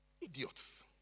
Idiots